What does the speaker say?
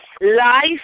Life